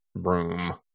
broom